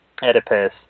Oedipus